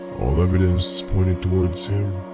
all evidence pointed toward so